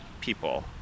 people